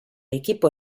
equipo